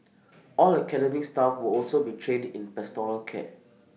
all academic staff will also be trained in pastoral care